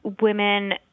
women